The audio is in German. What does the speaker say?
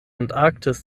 antarktis